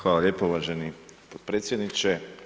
Hvala lijepo uvaženi potpredsjedniče.